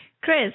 Chris